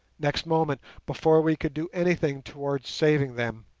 next moment, before we could do anything towards saving them,